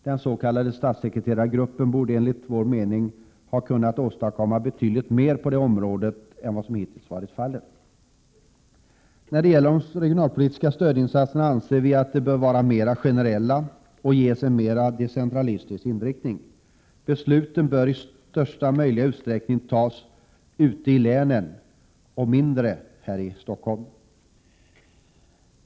Den s.k. statssekreterargruppen borde enligt vår mening ha kunnat åstadkomma betydligt mer på detta område än vad som hittills varit fallet. De regionalpolitiska stödinsatserna anser vi bör vara mer generella och ges Prot. 1987/88:127 en mer decentralistisk inriktning. Besluten bör i största möjliga utsträckning 26 maj 1988 fattas ute i länen och mindre här i Stockholm.